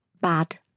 bad